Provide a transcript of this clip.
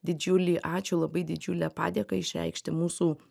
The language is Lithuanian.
didžiulį ačiū labai didžiulę padėką išreikšti mūsų